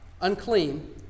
unclean